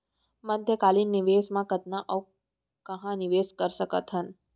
मध्यकालीन निवेश म कतना अऊ कहाँ निवेश कर सकत हन?